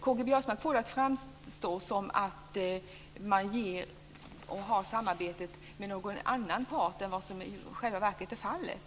K-G Biörsmark får det att framstå som att samarbetet sker med en annan part än vad som i själva verket är fallet.